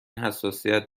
حساسیت